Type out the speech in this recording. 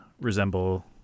resemble